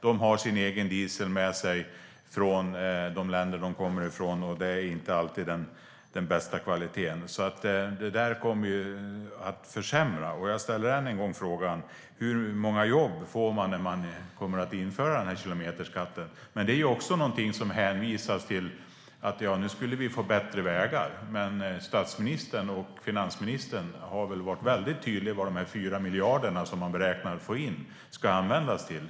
De har sin egen diesel med sig från de länder som de kommer ifrån, och det är inte alltid bästa kvalitet. Detta kommer att försämra. Jag frågar än en gång: Hur många jobb får man när man inför kilometerskatten? Det är också något där man hänvisar till att vi skulle få bättre vägar. Men statsministern och finansministern har väl varit mycket tydliga med vad de 4 miljarder som man räknar med att få in ska användas till.